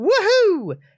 woohoo